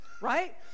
right